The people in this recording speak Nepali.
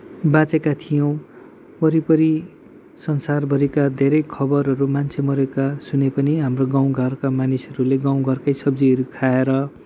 बाचेका थियौँ वरिपरि संसारभरिका घेरै खबरहरू मान्छे मरेका सुने पनि हाम्रो गाउँमा गाउँघरका मानिसहरूले गाउँघरकै सब्जीहरू खाएर